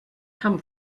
come